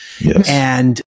Yes